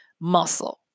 muscle